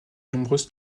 nombreuses